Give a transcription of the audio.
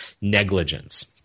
negligence